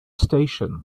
station